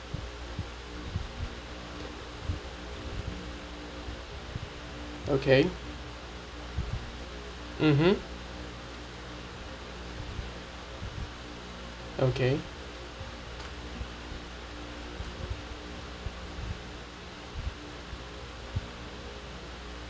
okay mmhmm okay